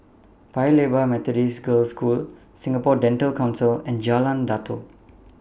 Paya Lebar Methodist Girls' School Singapore Dental Council and Jalan Datoh